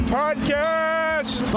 podcast